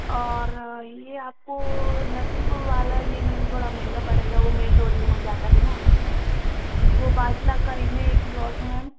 और ये आपको नरसिंहपुर वाला ये मेबी थोड़ा महंगा पड़ेगा वो मेन रोड में हो जाता है न वो पाँच लाख करीब में एक प्लॉट है मैम